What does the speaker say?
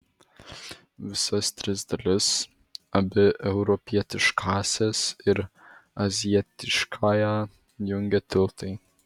visas tris dalis abi europietiškąsias ir azijietiškąją jungia tiltai